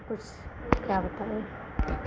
कुछ क्या बताएँ